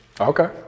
Okay